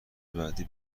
بعدی